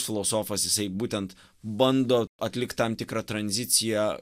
filosofas jisai būtent bando atlikt tam tikrą tranziciją